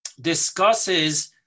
discusses